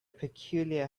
peculiar